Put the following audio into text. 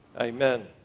Amen